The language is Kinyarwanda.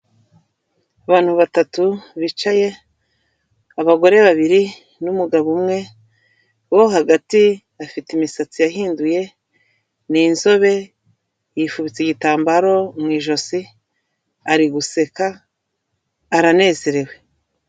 Abantu batatu bicaye: abagore babiri n'umugabo umwe, uwo hagati afite imisatsi yahinduye, ni inzobe, yifubitse igitambaro mu ijosi, ari guseka, aranezerewe.